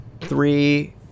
three